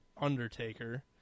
Undertaker